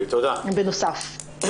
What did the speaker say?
הם בנוסף.